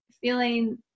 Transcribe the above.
feeling